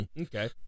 Okay